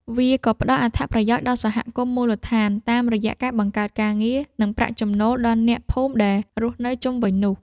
វាក៏ផ្ដល់អត្ថប្រយោជន៍ដល់សហគមន៍មូលដ្ឋាន តាមរយៈការបង្កើតការងារ និងប្រាក់ចំណូលដល់អ្នកភូមិដែលរស់នៅជុំវិញនោះ។